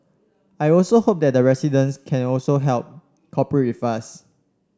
I also hope that residents can also help cooperate with us